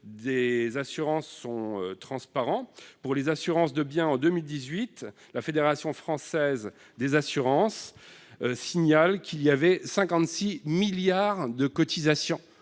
des assurances sont transparents. Pour les assurances de biens, en 2018, la Fédération française de l'assurance signale 56 milliards d'euros de cotisations,